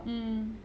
mm